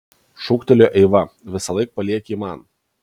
šūktelėjo eiva visąlaik palieki jį man